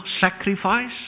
sacrifice